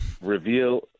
reveal